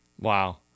wow